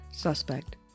Suspect